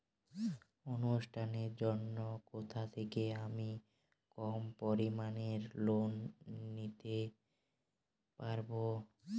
অনুষ্ঠানের জন্য কোথা থেকে আমি কম পরিমাণের লোন নিতে পারব?